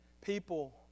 people